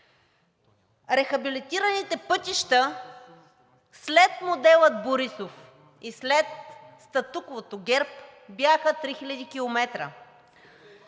рехабилитираните пътища след модела „Борисов“ и след статуквото ГЕРБ бяха 3000 км;